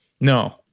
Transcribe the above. No